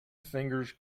fingers